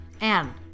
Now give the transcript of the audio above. Anne